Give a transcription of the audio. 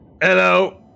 Hello